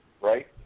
right